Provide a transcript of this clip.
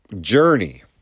journey